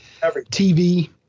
TV